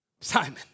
Simon